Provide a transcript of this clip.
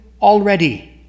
already